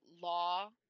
law